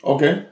Okay